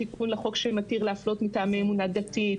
התיקון לחוק שמתיר לעשות מטעמי אמונה דתית,